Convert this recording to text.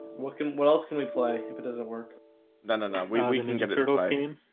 what can what else can we play if it doesn't work then? ah, no, we we and and yeah